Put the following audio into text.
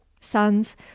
sons